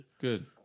Good